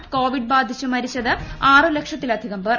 ലോകത്ത് കോവിഡ് ബാധിച്ച് മരിച്ചത് ആറ് ലക്ഷത്തിലധികം പേർ